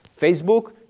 Facebook